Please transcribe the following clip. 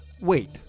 Wait